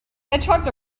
hedgehogs